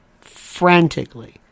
frantically